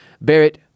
Barrett